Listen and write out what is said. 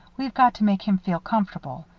we've got to make him feel comfortable.